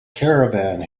caravan